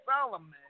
Solomon